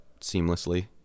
seamlessly